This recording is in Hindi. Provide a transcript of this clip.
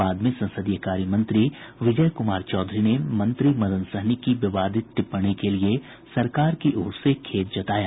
बाद में संसदीय कार्य मंत्री विजय कुमार चौधरी ने मंत्री मदन सहनी की विवादित टिप्पणी के लिये सरकार की ओर से खेद जताया